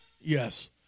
Yes